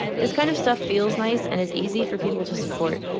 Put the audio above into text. this kind of stuff feels nice and is easy for people to support.